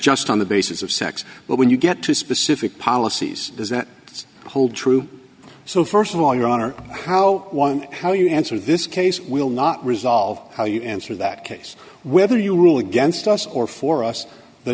just on the basis of sex but when you get to specific policies is that its hold true so st of all your honor how one how you answer this case will not resolve how you answer that case whether you rule against us or for us the